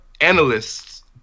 analysts